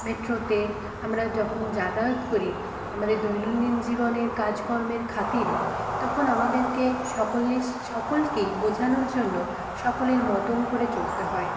মেট্রোতে আমরা যখন যাতায়াত করি আমাদের দৈনন্দিন জীবনের কাজকর্মের খাতিরে তখন আমাদেরকে সকলের সকলকেই বোঝানোর জন্য সকলের মতন করে চলতে হয়